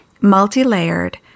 multi-layered